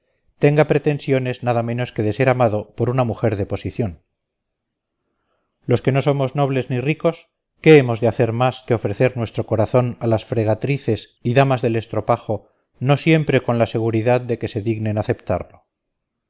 tenga pretensiones nada menos que de ser amado por una mujer de posición los que no somos nobles ni ricos qué hemos de hacer más que ofrecer nuestro corazón a las fregatrices y damas del estropajo no siempre con la seguridad de que se dignen aceptarlo